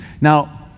Now